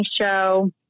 show